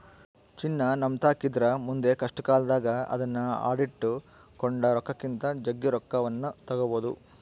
ಚಿನ್ನ ನಮ್ಮತಾಕಿದ್ರ ಮುಂದೆ ಕಷ್ಟಕಾಲದಾಗ ಅದ್ನ ಅಡಿಟ್ಟು ಕೊಂಡ ರೊಕ್ಕಕ್ಕಿಂತ ಜಗ್ಗಿ ರೊಕ್ಕವನ್ನು ತಗಬೊದು